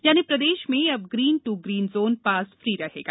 यानी प्रदेश में अब green to green zone pass free रहेगा